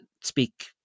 speak